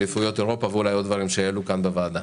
אליפויות אירופה ואולי עוד דברים שיעלו פה בוועדה.